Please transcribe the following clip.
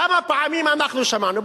כמה פעמים אנחנו שמענו,